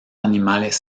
animales